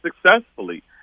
successfully